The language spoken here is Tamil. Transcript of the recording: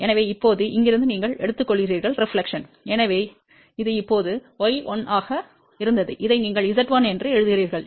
எனவே இப்போது இங்கிருந்து நீங்கள் எடுத்துக்கொள்கிறீர்கள் பிரதிபலிப்பு எனவே இது இப்போது y1 ஆக இருந்தது இதை நீங்கள் z1 என்று எழுதுகிறீர்கள்